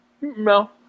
No